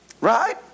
Right